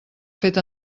fet